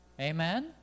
Amen